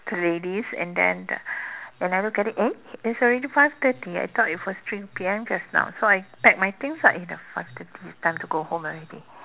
to the ladies and then they never credit eh it's already five thirty I thought it was three p_m just now so I pack my things lah you know five thirty time to go home already